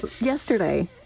yesterday